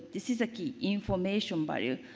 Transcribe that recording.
this is a key, information value.